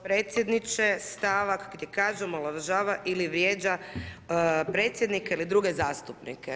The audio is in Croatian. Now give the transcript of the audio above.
predsjedniče, stavak … omalovažava ili vrijeđa predsjednika ili druge zastupnike.